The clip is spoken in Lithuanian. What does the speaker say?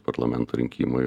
parlamento rinkimai o